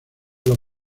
los